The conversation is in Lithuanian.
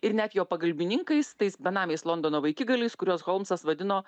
ir net jo pagalbininkais tais benamiais londono vaikigaliais kuriuos holmsas vadino